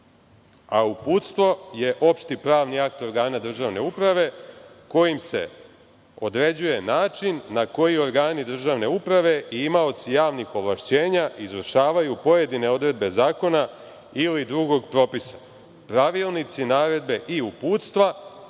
Uputstvo je opšti pravni akt organa državne uprave kojim se određuje način na koji organi državne uprave i imaoci javnih ovlašćenja izvršavaju pojedine odredbe zakona ili drugog propisa. Pravilnici, naredbe i uputstva